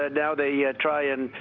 ah now they yeah try and,